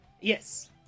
Yes